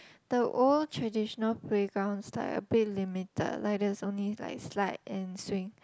the old traditional playgrounds like a bit limited like there's only like slide and swing